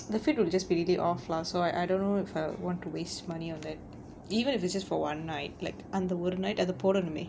the fit will just be really off lah so I I don't know if I want to waste money on that even if it's just for one night like அந்த ஒரு:antha oru night அத போடணுமே:atha podanumae